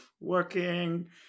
working